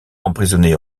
emprisonner